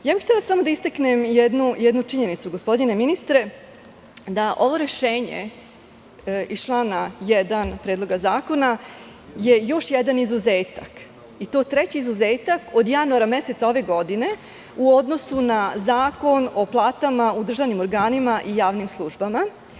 Htela bih samo da istaknem jednu činjenicu, gospodine ministre, da je ovo rešenje iz člana 1. Predloga zakona još jedan izuzetak i to treći izuzetak od januara meseca ove godine u odnosu na Zakon o platama u državnim organima i javnim službama.